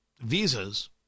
visas